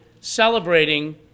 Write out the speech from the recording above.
celebrating